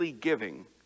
giving